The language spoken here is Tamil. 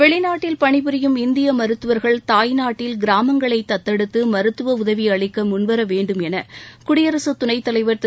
வெளிநாட்டில் பணிபுரியும் இந்திய மருத்துவர்கள் தாய்நாட்டில் கிராமங்களைத் தத்தெடுத்து மருத்துவ உதவி அளிக்க முன்வர வேண்டும் என குடியரகத் துணைத் தலைவர் திரு